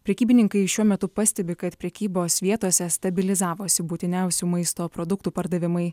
prekybininkai šiuo metu pastebi kad prekybos vietose stabilizavosi būtiniausių maisto produktų pardavimai